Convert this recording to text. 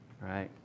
right